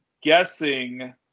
guessing